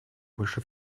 больше